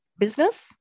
business